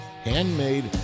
handmade